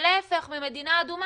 מבלי לקחת רוחב פס ממשרד הבריאות,